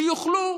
שיוכלו